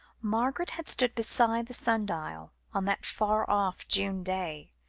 margaret had stood beside the sun-dial, on that far-off june day,